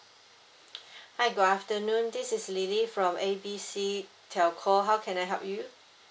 hi good afternoon this is lily from A B C telco how can I help you